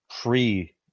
pre